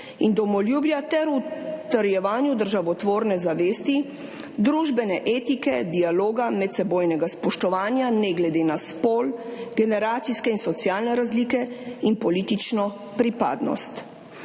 in domoljubja ter utrjevanju državotvorne zavesti, družbene etike, dialoga, medsebojnega spoštovanja ne glede na spol, generacijske in socialne razlike in politično pripadnost.